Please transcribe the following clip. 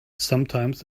sometimes